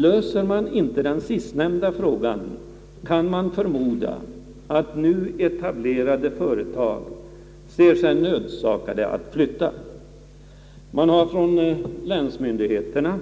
Löser man inte den sistnämnda frågan kan man förmoda att nu etablerade företag ser sig nödsakade att flytta. Man har från länsmyndigheterna